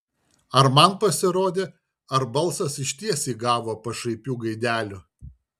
ar man pasirodė ar balsas išties įgavo pašaipių gaidelių